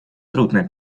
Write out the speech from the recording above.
трудно